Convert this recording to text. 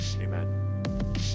Amen